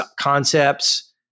concepts